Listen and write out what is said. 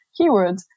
keywords